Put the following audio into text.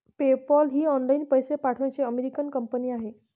PayPal ही online पैसे पाठवण्याची अमेरिकन कंपनी आहे